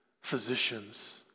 Physicians